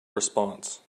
response